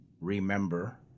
remember